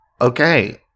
okay